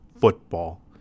football